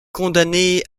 condamné